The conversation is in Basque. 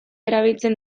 erabiltzen